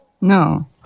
No